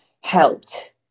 helped